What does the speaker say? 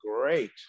great